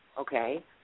okay